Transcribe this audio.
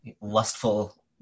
lustful